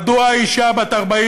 מדוע אישה בת 40,